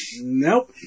Nope